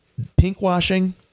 Pinkwashing